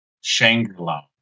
Shangri-La